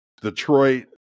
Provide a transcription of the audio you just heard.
Detroit